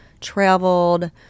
traveled